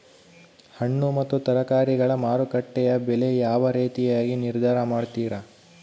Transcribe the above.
ಹಣ್ಣು ಮತ್ತು ತರಕಾರಿಗಳ ಮಾರುಕಟ್ಟೆಯ ಬೆಲೆ ಯಾವ ರೇತಿಯಾಗಿ ನಿರ್ಧಾರ ಮಾಡ್ತಿರಾ?